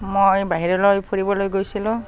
মই বাহিৰলৈ ফুৰিবলৈ গৈছিলোঁ